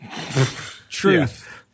truth